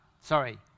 sorry